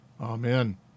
Amen